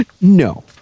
No